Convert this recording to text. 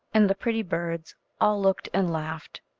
and the pretty birds all looked and laughed,